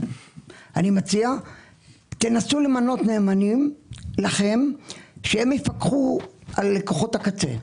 אני מציע שתנסו למנות נאמנים שיפקחו על לקוחות הקצה.